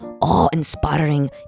awe-inspiring